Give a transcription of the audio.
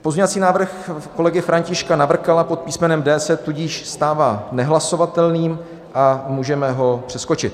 Pozměňovací návrh kolegy Františka Navrkala pod písmenem D se tudíž stává nehlasovatelným a můžeme ho přeskočit.